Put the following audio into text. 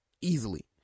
easily